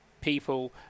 people